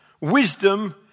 wisdom